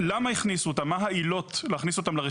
למה הכניסו אותם, ומה העילות להכניס אותם לרשימה.